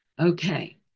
Okay